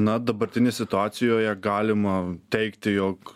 na dabartinėj situacijoje galima teigti jog